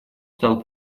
стал